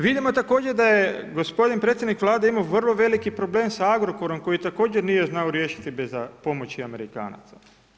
Vidimo također da je gospodin predsjednik Vlade imao vrlo veliki problem s Agrokorom koji također nije znao riješiti bez pomoći Amerikanaca.